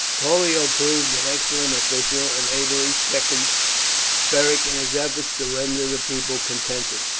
pollio proved an excellent official, and ably seconded beric in his efforts to render the people contented.